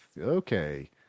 Okay